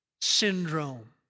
syndrome